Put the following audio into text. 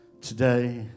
today